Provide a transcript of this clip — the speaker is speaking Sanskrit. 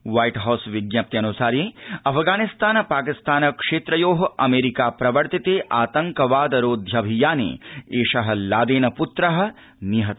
वाइट् हाउस् विज्ञप्त्यनुसारि अफग़ानिस्तान पाकिस्तान क्षेत्रयोः अमेरिका प्रवर्तिते आतङ्कवाद रोध्यभियाने एषः लादेन पुत्रः निहतः